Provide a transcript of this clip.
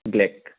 black